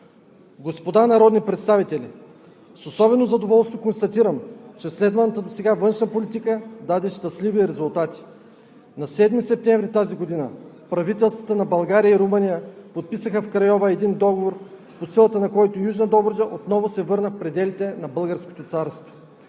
„Господа народни представители, с особено задоволство констатирам, че следваната досега външна политика даде щастливи резултати. На 7 септември тази година правителствата на България и Румъния подписаха в Крайова един договор, по силата на който Южна Добруджа отново се върна в пределите на Българското царство.